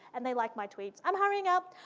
and they like my tweets. i'm hurrying up.